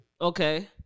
Okay